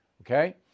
Okay